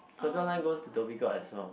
Circle Line goes to Dhoby Ghaut as well